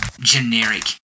generic